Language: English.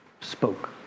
spoke